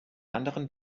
anderen